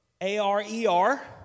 A-R-E-R